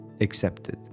accepted